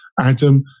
Adam